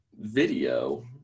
video